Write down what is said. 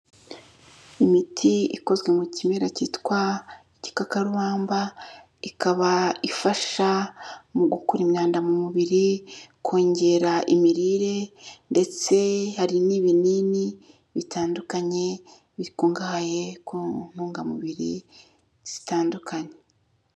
Imiti ikozwe mu kimera cyitwa igikakarubamba, ikaba ifasha mu gukura imyanda mu mubiri, kongera imirire ndetse hari n'ibinini bitandukanye bikungahaye ku ntungamubiri zitandukanye.